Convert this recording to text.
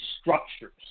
structures